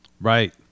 Right